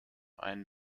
ein